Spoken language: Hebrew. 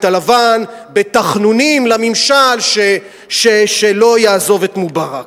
הלבן בתחנונים לממשל שלא יעזוב את מובארק.